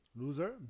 Loser